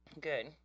Good